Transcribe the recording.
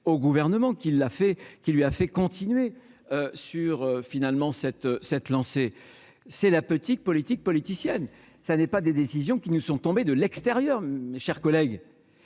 au gouvernement qui l'a fait, qui lui a fait continuer sur finalement cette cette lancée, c'est la petite politique politicienne, ça n'est pas des décisions qui nous sont tombés de l'extérieur, mes chers collègues,